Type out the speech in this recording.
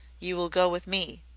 you will go with me.